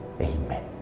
Amen